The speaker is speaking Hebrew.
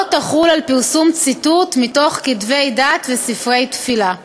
לא תחול על פרסום ציטוט מתוך כתבי דת וספרי תפילה.